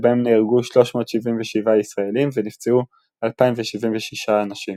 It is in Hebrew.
שבהם נהרגו 377 ישראלים ונפצעו 2,076 אנשים.